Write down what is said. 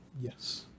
Yes